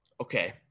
okay